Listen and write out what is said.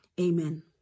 amen